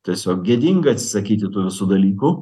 tiesiog gėdinga atsisakyti tų visų dalykų